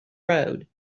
road